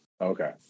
Okay